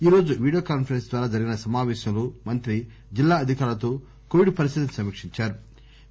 ఈరోజు video conference ద్వారా జరిగిన సమాపేశంలో మంత్రి జిల్లా అధికారులతో కోవిడ్ పరిస్థితిని సమీక్షించారు